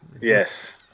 Yes